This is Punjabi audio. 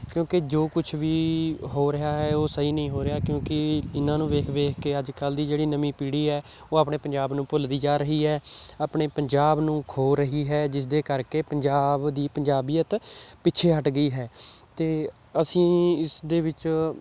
ਕਿਉਂਕਿ ਜੋ ਕੁਛ ਵੀ ਹੋ ਰਿਹਾ ਹੈ ਉਹ ਸਹੀ ਨਹੀਂ ਹੋ ਰਿਹਾ ਕਿਉਂਕਿ ਇਹਨਾਂ ਨੂੰ ਵੇਖ ਵੇਖ ਕੇ ਅੱਜ ਕੱਲ੍ਹ ਦੀ ਜਿਹੜੀ ਨਵੀਂ ਪੀੜੀ ਹੈ ਉਹ ਆਪਣੇ ਪੰਜਾਬ ਨੂੰ ਭੁੱਲਦੀ ਜਾ ਰਹੀ ਹੈ ਆਪਣੇ ਪੰਜਾਬ ਨੂੰ ਖੋ ਰਹੀ ਹੈ ਜਿਸ ਦੇ ਕਰਕੇ ਪੰਜਾਬ ਦੀ ਪੰਜਾਬੀਅਤ ਪਿੱਛੇ ਹੱਟ ਗਈ ਹੈ ਅਤੇ ਅਸੀਂ ਇਸਦੇ ਵਿੱਚ